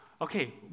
Okay